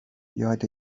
یاد